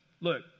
Look